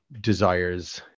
desires